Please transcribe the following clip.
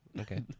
Okay